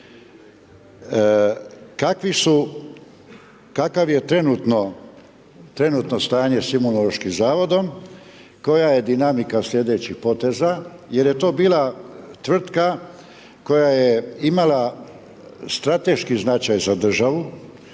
trenutno, trenutno stanje sa Imunološkim zavodom, koja je dinamika sljedećih poteza jer je to bila tvrtka koja je imala strateški značaj za državu,